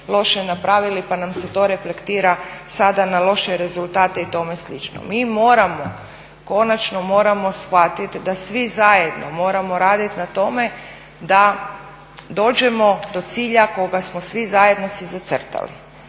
loše napravili, pa nam se to reflektira sada na loše rezultate i tome slično. Mi moramo, konačno moramo shvatiti da svi zajedno moramo raditi na tome da dođemo do cilja kojeg smo svi zajedno smo si zacrtali.